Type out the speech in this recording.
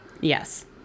Yes